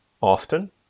often